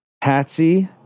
Patsy